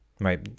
Right